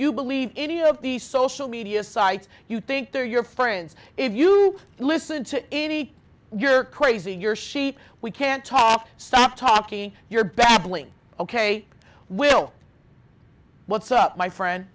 you believe any of these social media sites you think they're your friends if you listen to any you're crazy you're she we can't talk stop talking you're babbling ok will what's up my friend